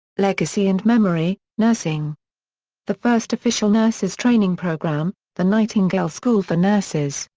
legacy and memory nursing the first official nurses' training programme, the nightingale school for nurses,